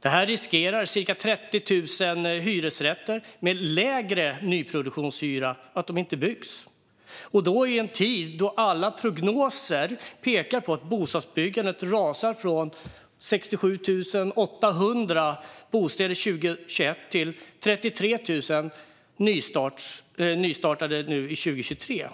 Detta riskerar att leda till att cirka 30 000 hyresrätter med lägre nyproduktionshyra inte byggs - och det i en tid då alla prognoser pekar på att bostadsbyggandet rasar från 67 800 bostäder 2021 till 33 000 under 2023, om man tittar på nystartade byggen.